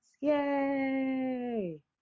Yay